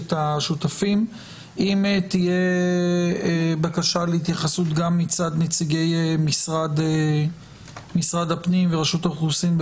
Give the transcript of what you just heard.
אם תהיה בקשה להתייחסות גם מצד נציגי משרד הפנים ורשות האוכלוסין,